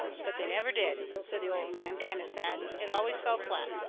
but they never did, said the old man, kind of sad, it always fell flat.